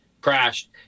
Crashed